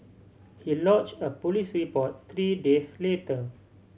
he lodged a police report three days later